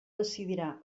decidirà